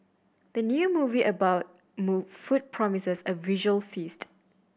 the new movie about food promises a visual feast